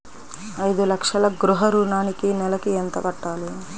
ఐదు లక్షల గృహ ఋణానికి నెలకి ఎంత కట్టాలి?